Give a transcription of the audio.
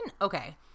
Okay